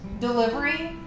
Delivery